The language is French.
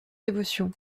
dévotion